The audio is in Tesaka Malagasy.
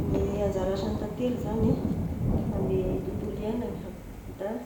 Ny anjara asan'ny tantely zagny, ame tontolo iainana da